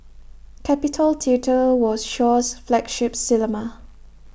capitol theatre was Shaw's flagship cinema